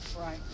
Right